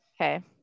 okay